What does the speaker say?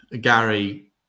Gary